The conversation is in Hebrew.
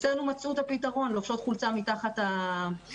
אצלנו מצאו פתרון, הן לובשות חולצה מתחת לגופיה.